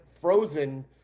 frozen